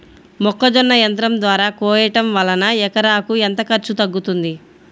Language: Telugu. మొక్కజొన్న యంత్రం ద్వారా కోయటం వలన ఎకరాకు ఎంత ఖర్చు తగ్గుతుంది?